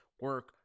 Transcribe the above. Work